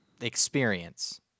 experience